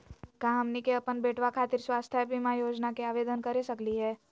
का हमनी के अपन बेटवा खातिर स्वास्थ्य बीमा योजना के आवेदन करे सकली हे?